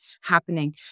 happening